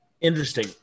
Interesting